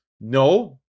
No